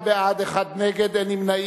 21 בעד, אחד נגד, אין נמנעים.